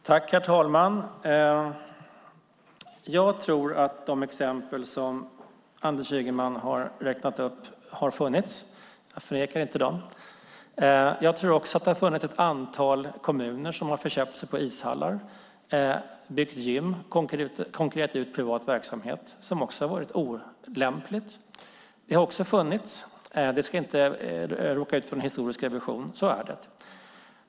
Herr talman! Jag tror att de exempel som Anders Ygeman har räknat upp har funnits. Jag förnekar inte dem. Jag tror också att det har funnits ett antal kommuner som förköpt sig på ishallar, byggt gym och konkurrerat ut privat verksamhet, vilket också har varit olämpligt. Det har funnits; det ska inte råka ut för historierevision. Så är det.